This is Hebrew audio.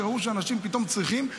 ראו שאנשים פתאום צריכים.